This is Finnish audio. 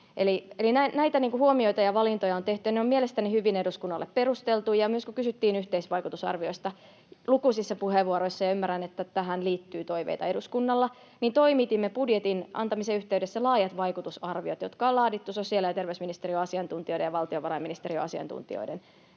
näitä huomioita ja valintoja on tehty, ja ne on mielestäni hyvin eduskunnalle perusteltu. Kun kysyttiin myös yhteisvaikutusarviosta lukuisissa puheenvuoroissa — ja ymmärrän, että tähän liittyy eduskunnalla toiveita — niin toimitimme budjetin antamisen yhteydessä laajat vaikutusarviot, jotka on laadittu sosiaali- ja terveysministeriön asiantuntijoiden ja valtiovarainministeriön asiantuntijoiden